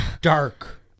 Dark